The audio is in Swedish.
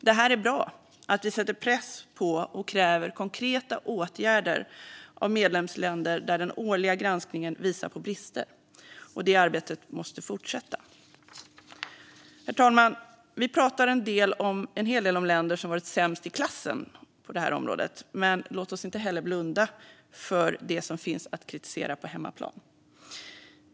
Det är bra att vi sätter press på och kräver konkreta åtgärder av medlemsländer där den årliga granskningen visar på brister. Det arbetet måste fortsätta. Herr talman! Vi pratar en hel del om länder som har varit sämst i klassen på detta område, men låt oss inte heller blunda för det som finns att kritisera på hemmaplan.